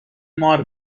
مار